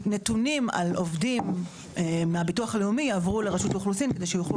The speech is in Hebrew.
שנתונים על עובדים מהביטוח הלאומי יעברו לרשות האוכלוסין כדי שיוכלו